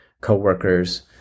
coworkers